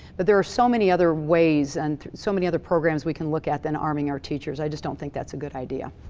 but there are so many other ways, and so many other programs we can look at than arming our teachers. i just don't think that's a good idea.